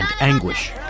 anguish